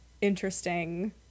interesting